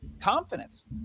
confidence